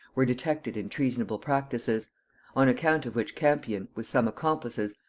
were detected in treasonable practices on account of which campion, with some accomplices,